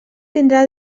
tindrà